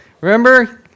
remember